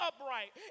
upright